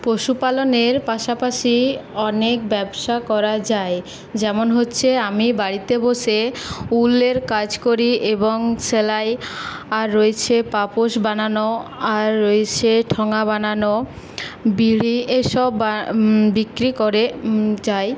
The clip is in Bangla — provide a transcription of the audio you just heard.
পশু পালনের পাশাপাশি অনেক ব্যবসা করা যায় যেমন হচ্ছে আমি বাড়িতে বসে উলের কাজ করি এবং সেলাই আর রয়েছে পাপোশ বানানো আর রয়েছে ঠোঙা বানানো বিড়ি এসব বিক্রি করে যাই